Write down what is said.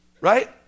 right